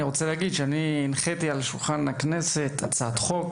אני אגיד שהעליתי על שולחן הכנסת הצעת חוק,